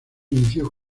inició